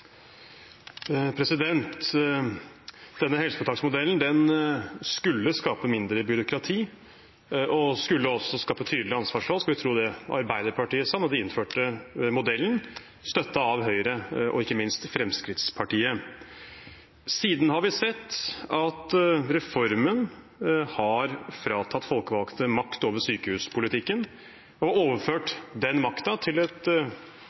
Denne helseforetaksmodellen skulle skape mindre byråkrati og også tydelige ansvarsforhold, skal man tro det Arbeiderpartiet sa da de innførte modellen, med støtte av Høyre – og ikke minst Fremskrittspartiet. Siden har vi sett at reformen har fratatt folkevalgte makt over sykehuspolitikken og overført den makten til et